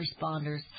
responders